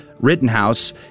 Rittenhouse